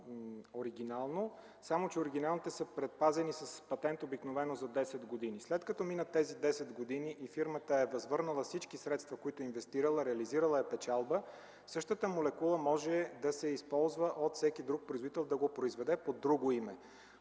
само че оригиналните са предпазени с патент обикновено за 10 години. След като минат тези 10 години и фирмата е възвърнала всички средства, които е инвестирала, реализирала е печалба, същата молекула може да се използва от всеки друг производител да го произведе под друго име.